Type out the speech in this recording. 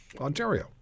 Ontario